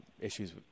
issues